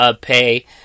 pay